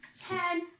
Ten